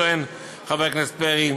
טוען חבר הכנסת פרי,